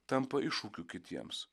tampa iššūkiu kitiems